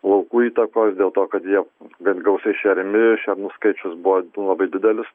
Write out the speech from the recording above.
laukų įtakos dėl to kad jie gan gausiai šeriami šernų skaičius buvo labai didelis